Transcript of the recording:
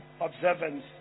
observance